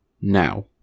now